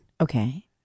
Okay